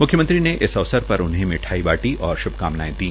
म्ख्यमंत्री ने इस अवसर पर उन्हें मिठाई बांटी और श्भकामनाएं दी